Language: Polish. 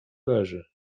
leży